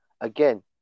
again